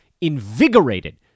invigorated